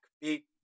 Beat